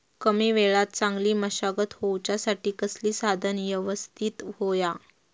कमी वेळात चांगली मशागत होऊच्यासाठी कसला साधन यवस्तित होया?